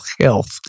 health